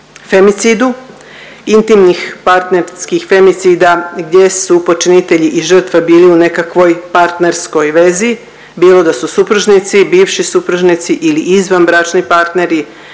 femicidu, intimnih partnerskih femicida gdje su počinitelji i žrtve bili u nekakvoj partnerskoj vezi, bilo da su supružnici, bivši supružnici ili izvanbračni partneri